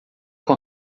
com